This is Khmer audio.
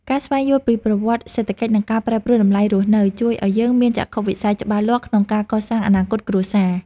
ការស្វែងយល់ពីប្រវត្តិសេដ្ឋកិច្ចនិងការប្រែប្រួលតម្លៃរស់នៅ ជួយឱ្យយើងមានចក្ខុវិស័យច្បាស់លាស់ក្នុងការកសាងអនាគតគ្រួសារ។